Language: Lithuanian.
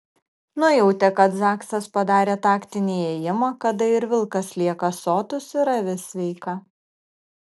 nujautė kad zaksas padarė taktinį ėjimą kada ir vilkas lieka sotus ir avis sveika